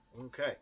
Okay